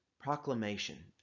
proclamation